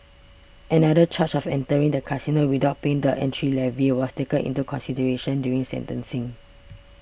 another charge of entering the casino without paying the entry levy was taken into consideration during sentencing